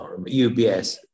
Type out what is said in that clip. UBS